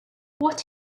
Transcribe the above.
what